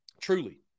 truly